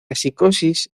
psicosis